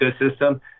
ecosystem